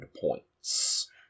points